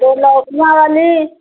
दो लौकियाँ वाली